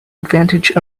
advantage